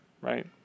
right